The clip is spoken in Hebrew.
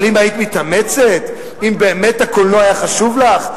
אבל אם היית מתאמצת, אם באמת הקולנוע היה חשוב לך,